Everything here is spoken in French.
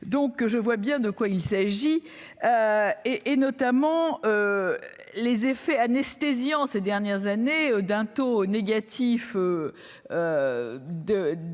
Donc je vois bien de quoi il s'agit et et notamment les effets anesthésiants ces dernières années d'un taux négatif de